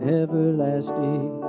everlasting